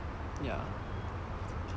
ya